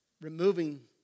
removing